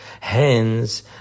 Hence